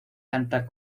cantar